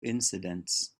incidents